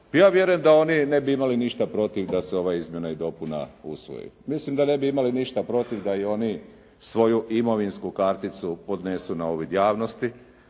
ja vjerujem da oni ne bi imali ništa protiv da se ova izmjena i dopuna usvoji. Mislim da ne bi imali ništa protiv da i oni svoju imovinsku karticu podnesu na uvid javnosti